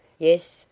yes,